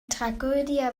tragödie